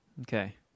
Okay